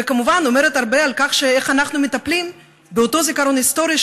וכמובן אומרת הרבה על איך אנחנו מטפלים באותו זיכרון היסטורי.